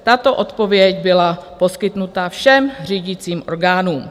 Tato odpověď byla poskytnuta všem řídícím orgánům.